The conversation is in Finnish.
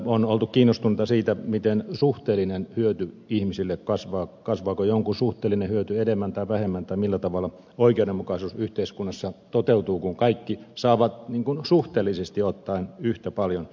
on oltu kiinnostuneita siitä miten suhteellinen hyöty ihmisille kasvaa kasvaako jonkun suhteellinen hyöty enemmän tai vähemmän tai millä tavalla oikeudenmukaisuus yhteiskunnassa toteutuu kun kaikki saavat suhteellisesti ottaen yhtä paljon